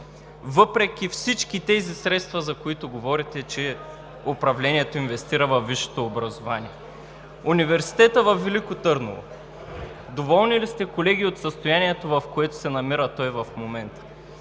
въпреки всички тези средства, за които говорите, че управлението инвестира във висшето образование? Университетът във Велико Търново. Доволни ли сте, колеги, от състоянието, в което се намира той в момента?